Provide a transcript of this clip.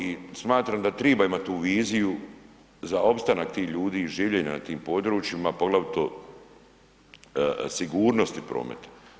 I smatram da triba imati tu viziju za opstanak tih ljudi i življenja na tim područjima poglavito sigurnosti prometa.